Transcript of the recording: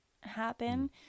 happen